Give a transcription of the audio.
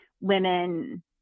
women